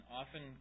often